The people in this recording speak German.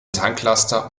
tanklaster